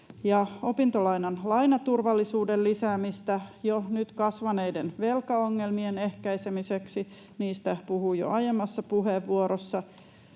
opintolainan lainaturvallisuuden lisäämistä jo nyt kasvaneiden velkaongelmien ehkäisemiseksi — niistä puhuin jo aiemmassa puheenvuorossa.